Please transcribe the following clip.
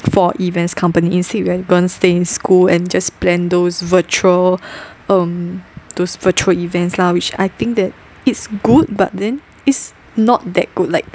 for events company instead we are gonna stay in school and just plan those virtual um those virtual events lah which I think that it's good but then is not that good like